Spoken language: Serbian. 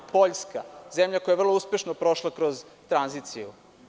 Poljska, zemlja koja je vrlo uspešno prošla kroz tranziciju.